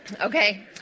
Okay